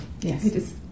Yes